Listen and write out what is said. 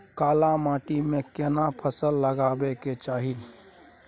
काला माटी में केना फसल लगाबै के चाही?